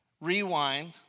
Rewind